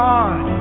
God